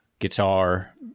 Guitar